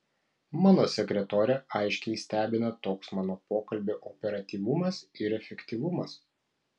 mano sekretorę aiškiai stebina toks mano pokalbio operatyvumas ir efektyvumas